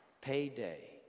Payday